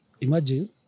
Imagine